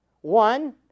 One